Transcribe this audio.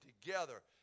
together